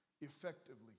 effectively